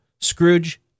Scrooge